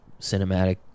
cinematic